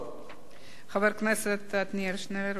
חבר כנסת עתניאל שנלר, בבקשה.